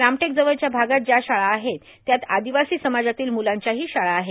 रामटेक जवळच्या भागात ज्या शाळा आहेत त्यात आदिवासी समाजातील मुलांच्याही शाळा आहेत